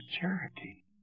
charity